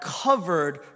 covered